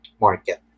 market